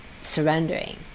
surrendering